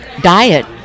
diet